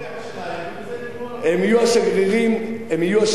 הם יהיו השגרירים הטובים באריתריאה,